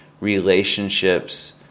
relationships